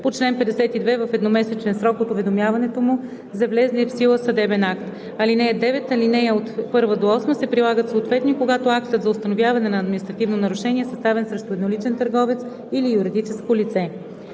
по чл. 52 в едномесечен срок от уведомяването му за влезлия в сила съдебен акт. (9) Алинеи 1 – 8 се прилагат съответно и когато актът за установяване на административно нарушение е съставен срещу едноличен търговец или юридическо лице.“